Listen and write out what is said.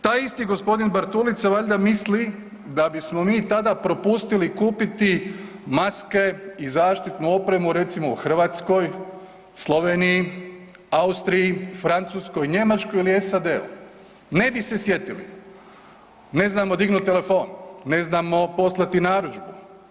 Taj isti g. Bartulica valjda misli da bismo mi tada propustili kupiti maske i zaštitnu opremu recimo u Hrvatskoj, Sloveniji, Austriji, Francuskoj, Njemačkoj ili SAD-u, ne bi se sjetili, ne znamo dignut telefon, ne znamo poslati narudžbu.